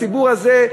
הציבור הזה,